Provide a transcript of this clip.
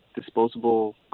disposable